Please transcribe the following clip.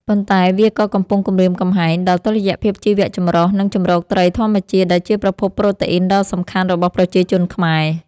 ប៉ុន្តែវាក៏កំពុងគំរាមកំហែងដល់តុល្យភាពជីវចម្រុះ និងជម្រកត្រីធម្មជាតិ ដែលជាប្រភពប្រូតេអ៊ីនដ៏សំខាន់របស់ប្រជាជនខ្មែរ។